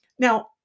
Now